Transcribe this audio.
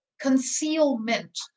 concealment